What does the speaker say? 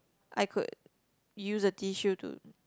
I could use a tissue to